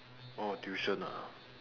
orh tuition ah